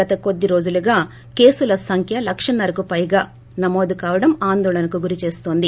గత కొద్ది రోజులుగా కేసుల సంఖ్య లక్షన్సరకు పైగా నమోదుకావడం ఆందోళనకు గురిచేస్తోంది